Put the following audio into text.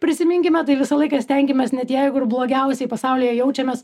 prisiminkime tai visą laiką stenkimės net jeigu ir blogiausiai pasaulyje jaučiamės